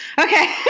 Okay